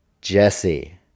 Jesse